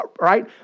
right